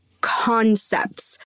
concepts